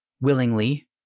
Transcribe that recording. willingly